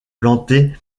plantée